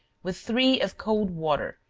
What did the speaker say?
with three of cold water,